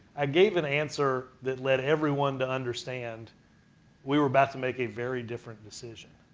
i gave an answer that led everyone to understand we were about to make a very different decision.